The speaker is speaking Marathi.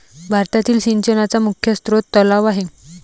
भारतातील सिंचनाचा मुख्य स्रोत तलाव आहे